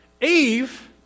Eve